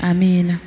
Amen